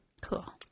cool